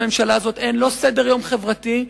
לממשלה הזאת אין סדר-יום חברתי,